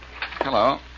Hello